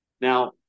Now